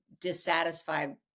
Dissatisfied